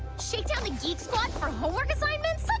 she's led spot for horde assignments,